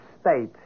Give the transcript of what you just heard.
state